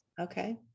Okay